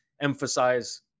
emphasize